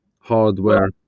Hardware